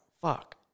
Fuck